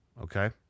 okay